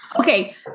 Okay